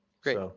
Great